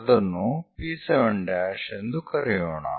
ಅದನ್ನು P7' ಎಂದು ಕರೆಯೋಣ